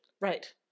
right